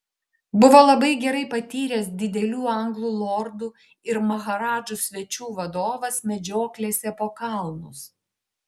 buvo labai gerai patyręs didelių anglų lordų ir maharadžų svečių vadovas medžioklėse po kalnus